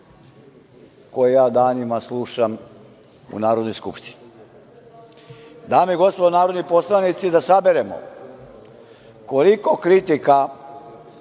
koje ja danima slušam u Narodnoj skupštini. Dame i gospodo narodni poslanici, da saberemo koliko kritika